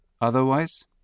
Otherwise